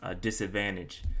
disadvantage